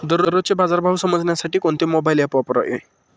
दररोजचे बाजार भाव समजण्यासाठी कोणते मोबाईल ॲप वापरावे?